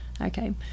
Okay